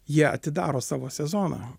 jie atidaro savo sezoną